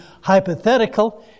hypothetical